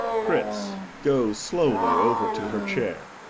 chris goes slowly over to her chair.